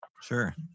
Sure